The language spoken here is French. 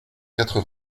quatre